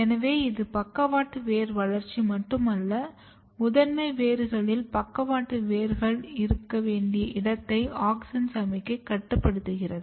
எனவே இது பக்கவாட்டு வேர் வளர்ச்சி மட்டுமல்ல முதன்மை வேர்களில் பக்கவாட்டு வேர்கள் இருக்க வேண்டிய இடத்தையும் ஆக்ஸின் சமிக்ஞை கட்டுப்படுத்துகிறது